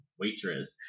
waitress